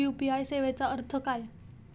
UPI सेवेचा अर्थ काय?